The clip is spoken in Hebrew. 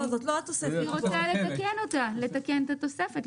היא רוצה לתקן את התוספת,